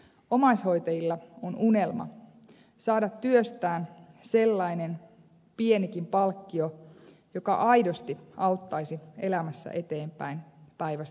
omaishoitajilla on unelma saada työstään sellainen pienikin palkkio joka aidosti auttaisi elämässä eteenpäin päivästä toiseen